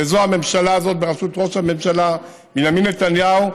והממשלה הזאת בראשות ראש הממשלה בנימין נתניהו,